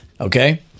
Okay